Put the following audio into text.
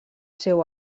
seu